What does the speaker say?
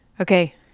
Okay